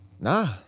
nah